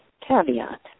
caveat